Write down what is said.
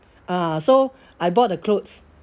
uh so I bought the clothes